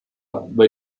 bei